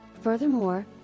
Furthermore